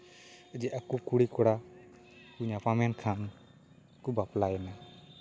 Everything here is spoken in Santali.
ᱡᱮ ᱟᱠᱚ ᱠᱩᱲᱤᱼᱠᱚᱲᱟ ᱠᱚ ᱧᱟᱯᱟᱢᱮᱱ ᱠᱷᱟᱱ ᱠᱚ ᱵᱟᱯᱞᱟᱭᱮᱱᱟ